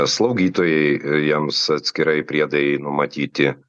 slaugytojai jiems atskirai priedai numatyti